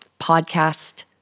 Podcast